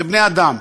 זה בני-אדם,